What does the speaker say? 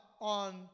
on